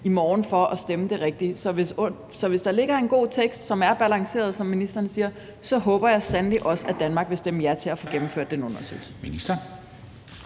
i morgen for at stemme det rigtige. Så hvis der ligger en god tekst, som er balanceret, som ministeren siger, så håber jeg sandelig også, at Danmark vil stemme ja til at få gennemført den undersøgelse.